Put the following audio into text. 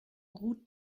route